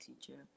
teacher